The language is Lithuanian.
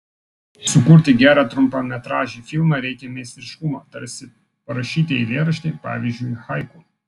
sukurti gerą trumpametražį filmą reikia meistriškumo tarsi parašyti eilėraštį pavyzdžiui haiku